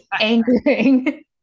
angering